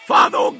Father